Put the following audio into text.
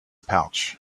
pouch